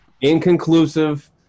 inconclusive